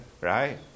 right